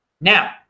Now